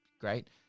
great